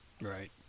Right